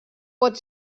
pot